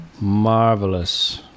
Marvelous